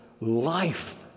life